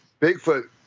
Bigfoot